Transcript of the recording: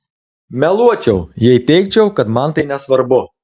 meluočiau jei teigčiau kad man tai nesvarbu